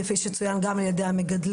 כפי שצוין גם על ידי המגדלים,